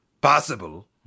Possible